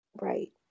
Right